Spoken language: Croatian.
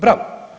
Bravo.